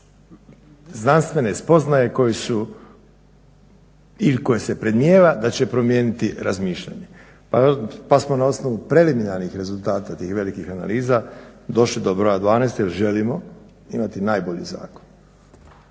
znanstvene spoznaje iz koje se predmnijeva da će promijeniti razmišljanje. Pa smo na osnovu preliminarnih rezultata tih velikih analiza došli do broja 12 jer želimo imati najbolji zakon.